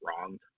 wronged